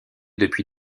depuis